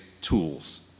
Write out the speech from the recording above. tools